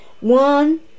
one